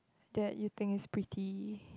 that you think is pretty